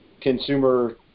consumer